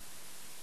שנייה ושלישית,